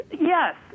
Yes